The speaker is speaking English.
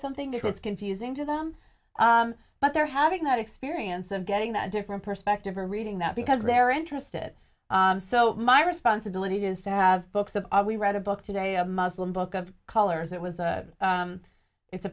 something because it's confusing to them but they're having that experience of getting that different perspective or reading that because they're interested so my responsibility is to have books that we read a book today a muslim book of colors it was a it's a